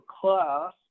class